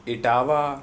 Etawah